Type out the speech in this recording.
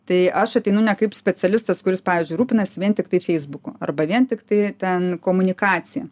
tai aš ateinu ne kaip specialistas kuris pavyzdžiui rūpinasi vien tiktai feisbuku arba vien tiktai ten komunikacija